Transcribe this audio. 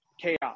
chaos